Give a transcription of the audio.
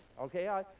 okay